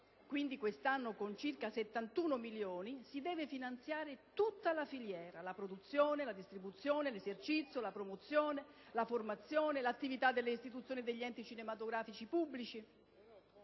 FUS (quest'anno circa 71 milioni di euro) si deve finanziare tutta la filiera: la produzione, la distribuzione, l'esercizio, la promozione, la formazione, l'attività delle istituzioni e degli enti cinematografici pubblici.